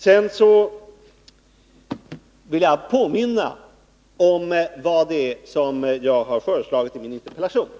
Sedan vill jag påminna om vad jag har föreslagit i min interpellation.